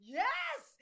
yes